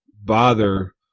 bother